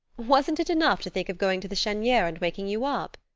wasn't it enough to think of going to the cheniere and waking you up?